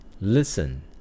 Listen